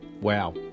wow